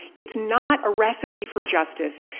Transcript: it's not a recipe for justice.